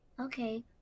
Okay